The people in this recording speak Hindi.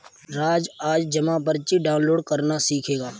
राज आज जमा पर्ची डाउनलोड करना सीखेगा